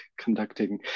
conducting